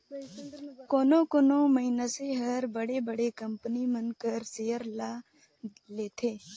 कोनो कोनो मइनसे हर बड़े बड़े कंपनी मन कर सेयर ल लेथे